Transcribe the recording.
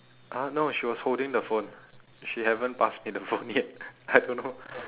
uh no she was holding the phone she haven't passed me the phone yet I don't know